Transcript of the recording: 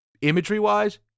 Imagery-wise